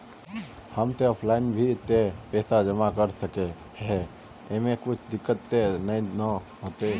हम ते ऑफलाइन भी ते पैसा जमा कर सके है ऐमे कुछ दिक्कत ते नय न होते?